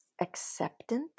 acceptance